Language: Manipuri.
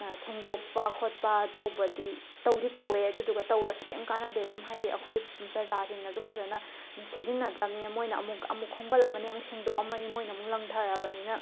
ꯁꯦꯡꯗꯣꯛꯄ ꯈꯣꯠꯄ ꯇꯧꯕꯗꯤ ꯇꯧꯗꯤ ꯇꯧꯋꯦ ꯑꯗꯨꯗꯨꯒ ꯇꯧꯔꯁꯨ ꯀꯩꯝ ꯀꯥꯟꯅꯗꯦ ꯑꯗꯨꯝ ꯍꯥꯏꯗꯤ ꯑꯩꯈꯣꯏ ꯄ꯭ꯔꯖꯥꯁꯤꯡꯅꯁꯨ ꯐꯖꯅ ꯁꯤꯖꯤꯟꯅꯗ꯭ꯔꯕꯅꯤꯅ ꯃꯣꯏꯅ ꯑꯃꯨꯛ ꯑꯃꯨꯛ ꯈꯣꯝꯒꯠꯂꯝꯃꯅꯤ ꯑꯃꯨꯛ ꯁꯦꯡꯗꯣꯛꯑꯃꯅꯤ ꯃꯣꯏꯅ ꯑꯃꯨꯛ ꯂꯪꯊꯔꯕꯅꯤꯅ